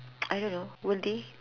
I don't know will they